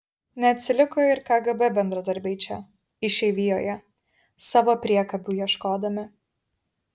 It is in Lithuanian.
neatsiliko ir kgb bendradarbiai čia išeivijoje savo priekabių ieškodami